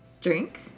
Drink